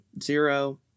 zero